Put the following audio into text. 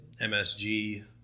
MSG